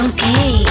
Okay